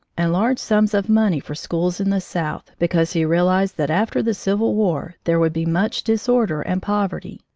and large sums of money for schools in the south, because he realized that after the civil war there would be much disorder and poverty.